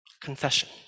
Confession